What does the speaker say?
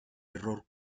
error